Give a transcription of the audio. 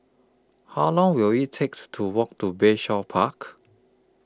How Long Will IT takes to Walk to Bayshore Park